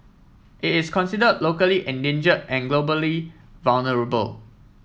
it is consider locally endanger and globally vulnerable